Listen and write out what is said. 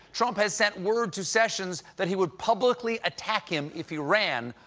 trump has sent word to sessions that he would publicly attack him if he ran.